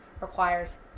requires